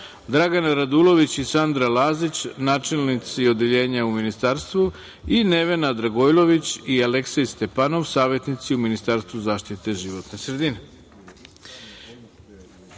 Dragana Radulović i Sandra Lazić, načelnici odeljenja u Ministarstvu i Nevena Dragojlović i Aleksej Stepanov, savetnici u Ministarstvu zaštite životne sredine. Primili